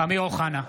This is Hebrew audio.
אמיר אוחנה,